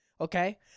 Okay